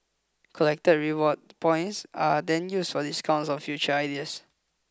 collected reward points are then used for discounts on future ideas